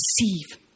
Receive